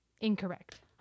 incorrect